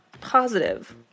positive